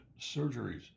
surgeries